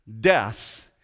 death